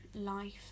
Life